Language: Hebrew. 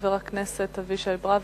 חבר הכנסת אבישי ברוורמן.